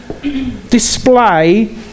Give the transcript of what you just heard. display